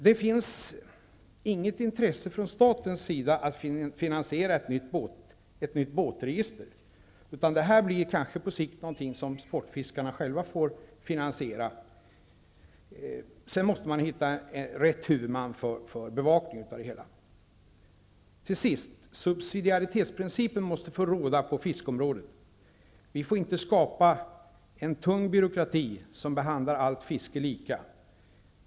Det finns inget intresse från statens sida av att finansiera ett nytt båtregister, utan detta blir kanske på sikt något som sportfiskarna själva får finansiera. Sedan måste man hitta rätt huvudman för bevakningen av det hela. Till sist: Subsidiaritetsprincipen måste få råda på fiskeområdet. Vi får inte skapa en tung byråkrati som behandlar allt fiske lika.